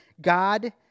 God